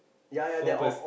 four pers